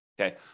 Okay